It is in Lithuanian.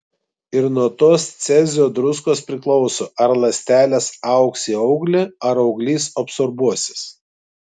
ir nuo tos cezio druskos priklauso ar ląstelės augs į auglį ar auglys absorbuosis